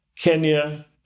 Kenya